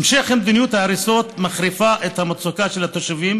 המשך מדיניות ההריסות מחריף את המצוקה של התושבים,